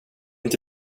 inte